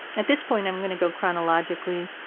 at this point i'm going to go chronologically,